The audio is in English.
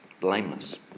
Blameless